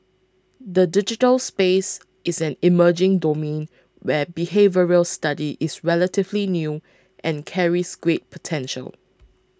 the digital space is an emerging domain where behavioural study is relatively new and carries great potential